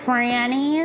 Franny